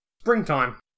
Springtime